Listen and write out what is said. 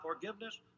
forgiveness